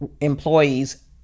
employees